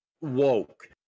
woke